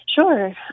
Sure